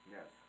Yes